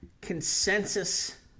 consensus